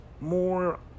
more